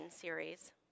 series